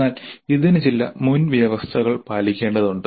എന്നാൽ ഇതിന് ചില മുൻവ്യവസ്ഥകൾ പാലിക്കേണ്ടതുണ്ട്